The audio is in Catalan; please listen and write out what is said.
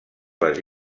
les